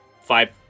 five